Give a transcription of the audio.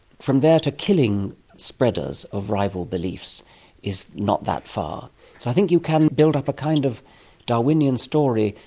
from there to killing spreaders of rival beliefs is not that far. so i think you can build up a kind of darwinian story,